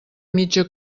mitja